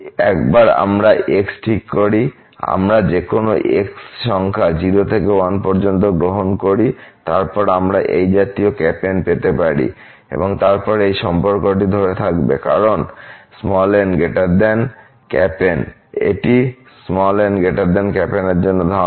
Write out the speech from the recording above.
একবার আমরা x ঠিক করি আমরা যেকোনো x সংখ্যা 0 থেকে 1 পর্যন্ত গ্রহণ করি তারপর আমরা এই জাতীয় N পেতে পারি এবং তারপর এই সম্পর্কটি ধরে থাকবে কারণ n N এটি n N এর জন্য ধারণ করে